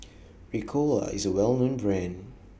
Ricola IS A Well known Brand